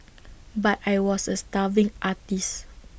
but I was A starving artist